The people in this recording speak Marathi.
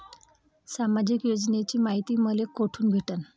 सामाजिक योजनेची मायती मले कोठून भेटनं?